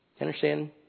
understand